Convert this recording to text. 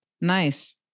Nice